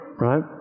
Right